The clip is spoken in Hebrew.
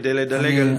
כדי לדלג על השאילתות.